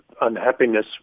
unhappiness